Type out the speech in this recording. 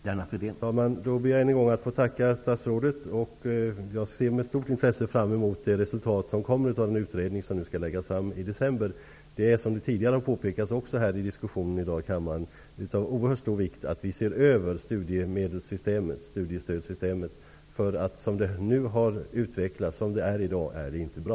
Herr talman! Jag ber än en gång att få tacka statsrådet. Jag ser med stort intresse fram emot resultatet av den utredning som skall läggas fram i december. Det är av oerhört stor vikt -- vilket har påpekats tidigare i diskussionen här i kammaren i dag -- att vi ser över studiestödssystemet. Som det nu har utvecklats och är i dag är det inte bra.